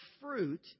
fruit